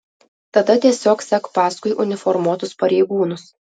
tada tiesiog sek paskui uniformuotus pareigūnus